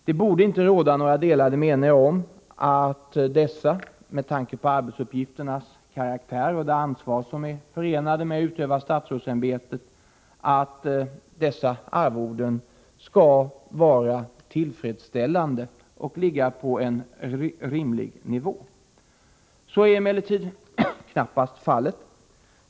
Det borde inte råda några delade meningar om att dessa arvoden — med tanke på arbetsuppgifternas karaktär och det ansvar som är förenat med att utöva statsrådsämbetet — skall vara tillfredsställande och ligga på en rimlig nivå. Så är emellertid knappast fallet.